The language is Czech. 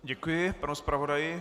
Děkuji panu zpravodaji.